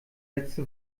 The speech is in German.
letzte